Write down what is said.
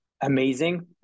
amazing